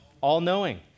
all-knowing